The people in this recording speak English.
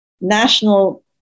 national